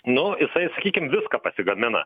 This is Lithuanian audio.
nu jisai sakykim viską pasigamina